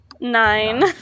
Nine